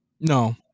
No